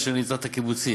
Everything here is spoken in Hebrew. אשר ליתר הקיבוצים,